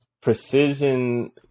Precision